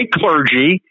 clergy